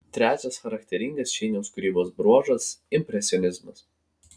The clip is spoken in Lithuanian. trečias charakteringas šeiniaus kūrybos bruožas impresionizmas